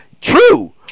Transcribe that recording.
True